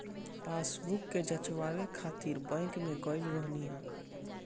passbook के जचवाए खातिर बैंक में गईल रहनी हअ